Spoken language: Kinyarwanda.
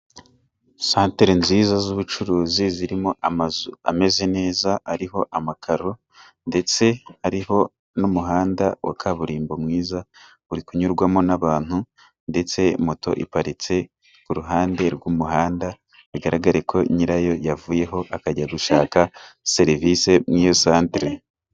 Santere nziza z'ubucuruzi zirimo amazu ameze neza ariho amakaro ndetse hariho n'umuhanda wa kaburimbo mwiza, uri kunyurwamo n'abantu ndetse moto iparitse ku ruhande rw'umuhanda bigaragareko nyirayo yavuyeho, akajya gushaka serivisi muri iyo santere.